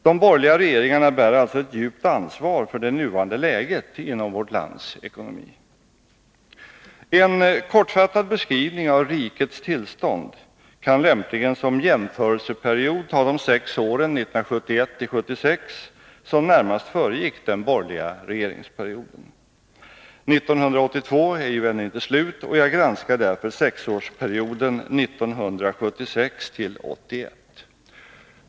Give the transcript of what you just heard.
De borgerliga regeringarna bär alltså ett djupt ansvar för det nuvarande läget inom vårt lands ekonomi. En kortfattad beskrivning av rikets tillstånd kan lämpligen som jämförelseperiod ta de sex åren 1971-1976 som närmast föregick den borgerliga regeringsperioden. 1982 är ju ännu inte slut, och jag granskar därför sexårsperioden 1976-1981.